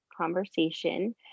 conversation